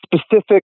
specific